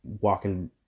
walking